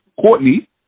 Courtney